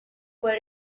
what